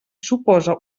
suposa